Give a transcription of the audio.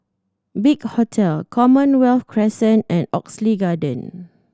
Big Hotel Commonwealth Crescent and Oxley Garden